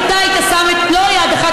שר השיכון חבר הכנסת יואב גלנט.